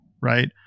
right